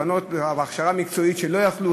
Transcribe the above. היו בנות בהכשרה מקצועית שלא יכלו,